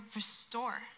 restore